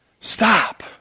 Stop